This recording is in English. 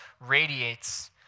radiates